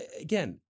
again